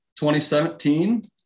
2017